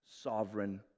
sovereign